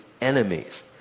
enemies